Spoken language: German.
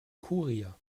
kurier